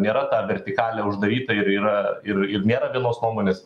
nėra ta vertikalė uždaryta ir yra ir nėra vienos nuomonės